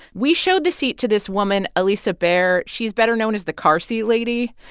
we showed the seat to this woman, alisa baer. she's better known as the car seat lady.